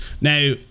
now